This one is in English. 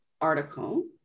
article